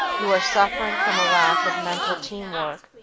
you are suffering from a lack of mental team work.